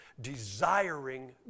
desiring